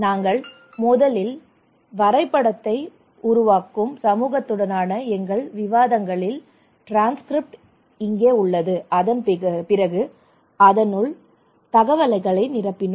நாங்கள் முதலில் வரைபடத்தை உருவாக்கும் சமூகத்துடனான எங்கள் விவாதங்களின் டிரான்ஸ்கிரிப்ட் இங்கே உள்ளது அதன்பிறகு அதனுள் தகவல்களை நிரப்பினோம்